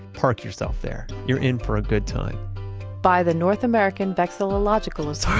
park yourself there. you're in for a good time by the north american vexillological so